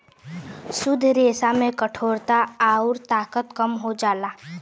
शुद्ध रेसा में कठोरता आउर ताकत कम हो जाला